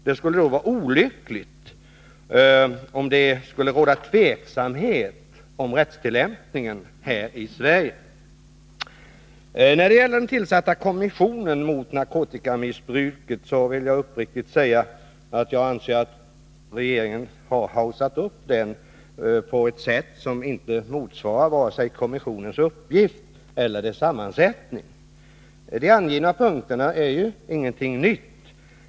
Det skulle då vara olyckligt om det skulle råda osäkerhet Nr 36 om rättstillämpningen här i Sverige. Måndagen den . När det gäller den tillsatta kommissionen mot narkotikamissbruket vill jag 29 november 1982 uppriktigt säga att jag anser att regeringen har haussat upp den på ett sätt som inte motsvarar vare sig kommissionens uppgift eller dess sammansättning. Om kampen mot För det första är de angivna punkterna ingenting nytt.